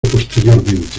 posteriormente